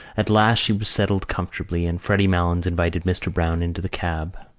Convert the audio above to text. at last she was settled comfortably and freddy malins invited mr. browne into the cab.